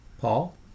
Paul